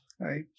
right